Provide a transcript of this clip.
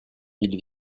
ils